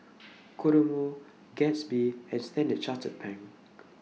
Kodomo Gatsby and Standard Chartered Bank